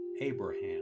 Abraham